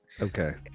okay